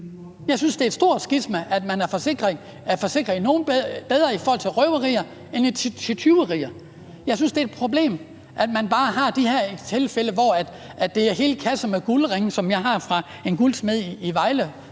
Jeg synes, det er et stort skisma, at man er forsikret bedre mod røveri end mod tyveri. Jeg synes, det er et problem, at man bare har de her tilfælde, hvor det er hele kasser med guldringe – det har jeg fra en guldsmed i Vejle;